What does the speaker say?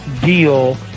deal